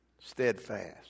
steadfast